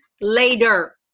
later